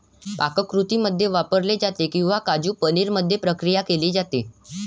पाककृतींमध्ये वापरले जाते किंवा काजू पनीर मध्ये प्रक्रिया केली जाते